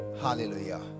Hallelujah